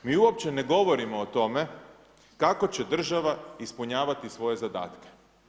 Mi uopće ne govorimo o tome kako će država ispunjavati svoje zadatke.